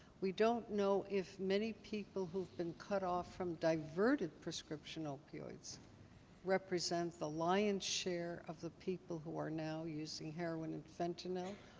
we don't know if many people who've been cut off from diverted prescription opioids represent the lion's share of the people who are now using heroin and fentanyl,